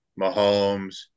Mahomes